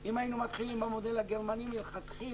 אם היינו מתחילים עם המודל הגרמני מלכתחילה,